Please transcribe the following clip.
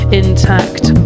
intact